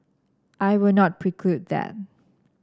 I will not preclude that